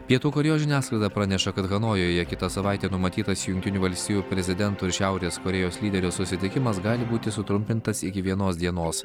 pietų korėjos žiniasklaida praneša kad hanojuje kitą savaitę numatytas jungtinių valstijų prezidento ir šiaurės korėjos lyderio susitikimas gali būti sutrumpintas iki vienos dienos